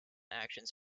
actions